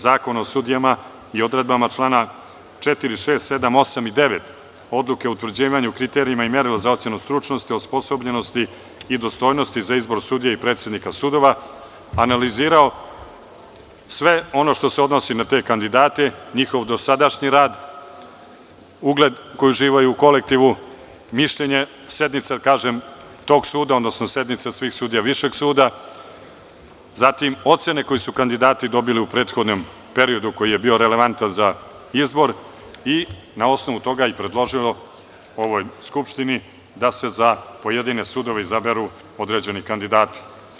Zakona o sudijama i odredbama člana 4, 6, 7, 8. i 9. Odluke o utvrđivanju kriterijuma i merila za ocenu stručnosti, osposobljenosti i dostojnosti za izbor sudija i predsednika sudova, analizirao sve ono što se odnosi na te kandidate, njihov dosadašnji rad, ugled koji uživaju u kolektivu, mišljenje sednica tog suda, odnosno sednica svih sudija Višeg suda, zatim ocene koju su kandidati dobili u prethodnom periodu koji je bio relevantan za izbor i na osnovu toga i predložio ovoj Skupštini da se za pojedine sudove izaberu određeni kandidati.